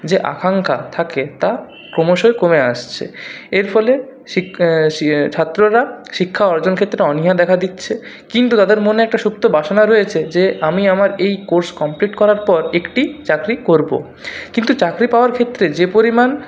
যে আকাঙ্ক্ষা থাকে তা ক্রমশই কমে আসছে এর ফলে ছাত্ররা শিক্ষা অর্জন ক্ষেত্রে অনীহা দেখা দিচ্ছে কিন্তু তাদের মনে একটা সুপ্ত বাসনা রয়েছে যে আমি আমার এই কোর্স কমপ্লিট করার পর একটি চাকরি করব কিন্তু চাকরি পাওয়ার ক্ষেত্রে যে পরিমাণ